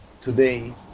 today